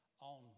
on